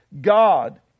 God